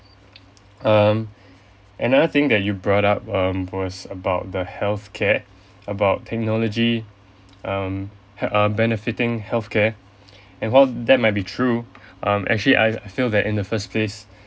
um another thing that you brought up um was about the healthcare about technology um uh benefiting healthcare and all that might be true um actually I feel that in the first place